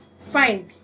Fine